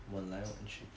玩来玩去